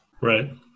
Right